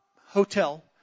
hotel